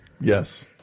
yes